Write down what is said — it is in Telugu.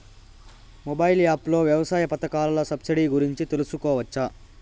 మొబైల్ యాప్ లో వ్యవసాయ పథకాల సబ్సిడి గురించి తెలుసుకోవచ్చా?